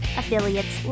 affiliates